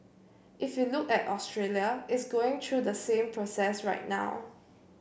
if you look at Australia it's going through the same process right now